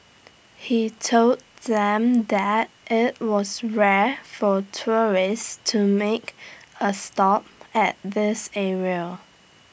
he told them that IT was rare for tourists to make A stop at this area